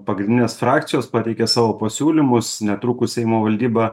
pagrindinės frakcijos pateikė savo pasiūlymus netrukus seimo valdyba